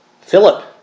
Philip